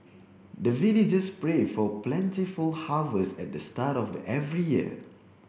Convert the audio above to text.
the villagers pray for plentiful harvest at the start of every year